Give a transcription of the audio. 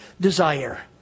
desire